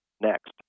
next